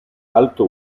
alto